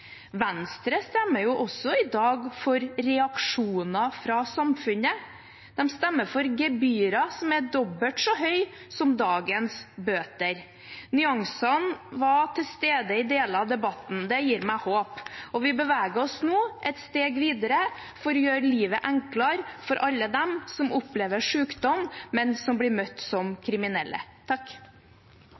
Venstre stemmer også i dag for reaksjoner fra samfunnet. De stemmer for gebyrer som er dobbelt så høye som dagens bøter. Nyansene var til stede i deler av debatten. Det gir meg håp, og vi beveger oss nå et steg videre for å gjøre livet enklere for alle dem som opplever sykdom, men som blir møtt som kriminelle.